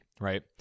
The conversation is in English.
right